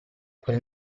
quel